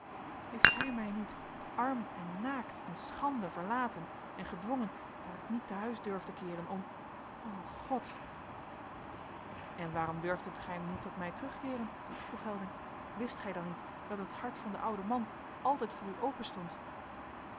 heeft hij mij niet arm en naakt in schande verlaten en gedwongen daar ik niet te huis durfde keeren om o god en waarom durfdet gij niet tot mij terugkeeren vroeg helding wist gij dan niet dat het hart van den ouden man altijd voor u openstond